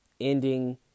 ending